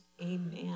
Amen